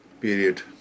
period